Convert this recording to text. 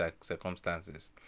circumstances